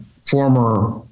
former